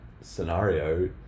scenario